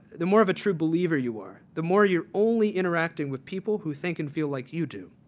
the more of a true believer you are. the more you are only interacting with people who think and feel like you do.